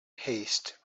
haste